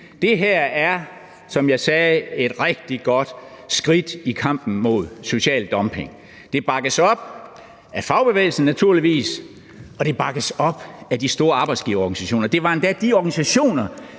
Det her er, som jeg sagde, et rigtig godt skridt i kampen mod social dumping. Det bakkes naturligvis op af fagbevægelsen, og det bakkes op af de store arbejdsgiverorganisationer. Det var endda de organisationer,